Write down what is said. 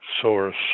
source